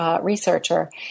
researcher